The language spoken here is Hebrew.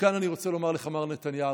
כאן, אני רוצה לומר לך, מר נתניהו,